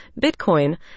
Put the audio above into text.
Bitcoin